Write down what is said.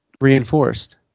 reinforced